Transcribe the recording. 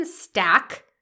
stack